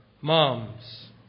Moms